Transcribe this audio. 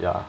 ya